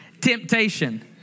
temptation